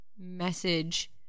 message